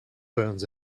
burns